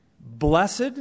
blessed